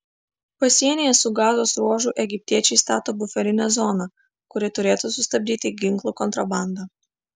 pasienyje su gazos ruožu egiptiečiai stato buferinę zoną kuri turėtų sustabdyti ginklų kontrabandą